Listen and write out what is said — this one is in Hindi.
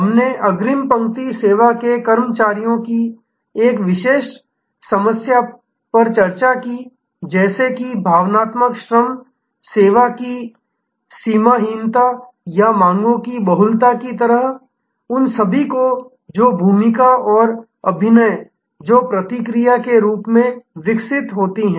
हमने अग्रिम पंक्ति सेवा के कर्मचारियों की एक विशिष्ट समस्याओं पर चर्चा की जैसे कि भावनात्मक श्रम सेवा की सीमाहीनता या मांगों की बहुलता की तरह उन सभी को जो भूमिका और अभिनय जो प्रतिक्रिया में विकसित होती हैं